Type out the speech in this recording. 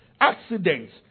accidents